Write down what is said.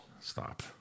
Stop